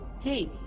Hey